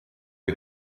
you